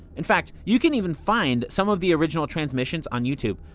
in fact, you can even find some of the original transmissions on youtube.